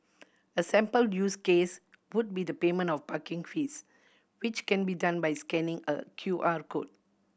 a sample use case would be the payment of parking fees which can be done by scanning a Q R code